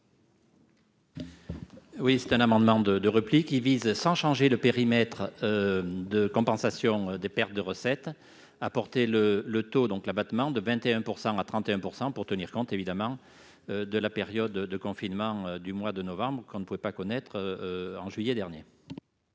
Il s'agit d'un amendement de repli, qui vise, sans changer le périmètre de compensation des pertes de recettes, à porter le taux d'abattement de 21 % à 31 %, pour tenir compte de la période de confinement de ce mois de novembre, que l'on ne pouvait pas anticiper en juillet dernier.